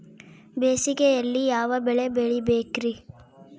ಬೇಸಿಗೆಯಲ್ಲಿ ಯಾವ ಬೆಳೆ ಬೆಳಿಬೇಕ್ರಿ?